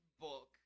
book